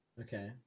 Okay